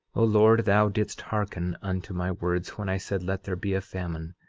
o lord, thou didst hearken unto my words when i said, let there be a famine,